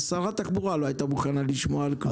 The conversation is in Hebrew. שרת התחבורה לא הייתה מוכנה לשמוע על כלום.